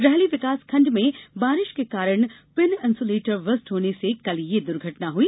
रहली विकासखंड में बारिश के कौरण पिन इंसुलेटर बर्स्ट होने से कल यह घटना हुई